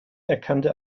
erkannte